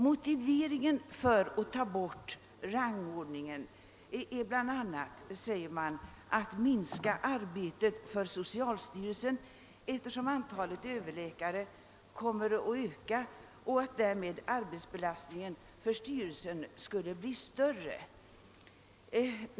Motiveringen för att slopa rangordningen är bl.a., heter det, att minska arbetet för socialstyrelsen, eftersom antalet överläkare kommer att öka, varigenom arbetsbelastningen för styrelsen eljest skulle bli större.